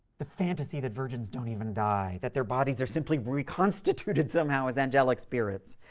the fantasy that virgins don't even die, that their bodies are simply reconstituted somehow as angelic spirits.